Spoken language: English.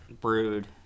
brewed